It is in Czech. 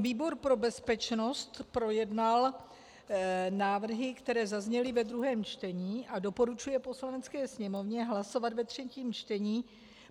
Výbor pro bezpečnost projednal návrhy, které zazněly ve druhém čtení, a doporučuje Poslanecké sněmovně hlasovat ve třetím čtení